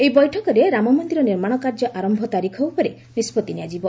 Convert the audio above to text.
ଏହି ବୈଠକରେ ରାମମନ୍ଦିର ନିର୍ମାଣ କାର୍ଯ୍ୟ ଆରମ୍ଭ ତାରିଖ ଉପରେ ନିଷ୍ପଭି ନିଆଯିବ